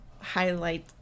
highlight